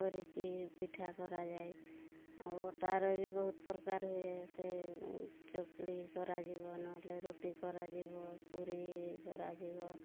କରିକି ପିଠା କରାଯାଏ ଆଉ ଅଟାର ବି ବହୁତ ପ୍ରକାର ହୁଏ ସେ ଚକୁଳି କରାଯିବ ନହେଲେ ରୁଟି କରାଯିବ ପୁରୀ କରାଯିବ